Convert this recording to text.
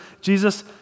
Jesus